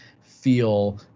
feel